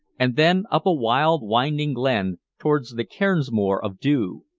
and then up a wild winding glen towards the cairnsmore of deugh.